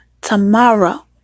tomorrow